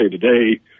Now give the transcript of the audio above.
Today